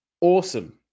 awesome